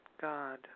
God